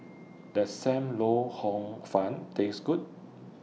Does SAM Lau Hor Fun Taste Good